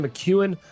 McEwen